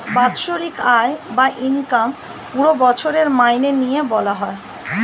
বাৎসরিক আয় বা ইনকাম পুরো বছরের মাইনে নিয়ে বলা হয়